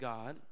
God